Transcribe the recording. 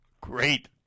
Great